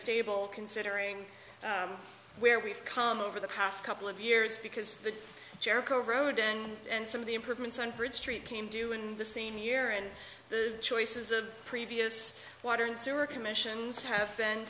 stable considering where we've come over the past couple of years because the jericho road and some of the improvements on bridge street came due in the same year and the choices of previous water and sewer commissions have been